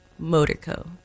Motorco